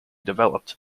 developed